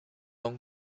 long